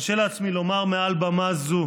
מרשה לעצמי לומר מעל במה זו